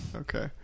Okay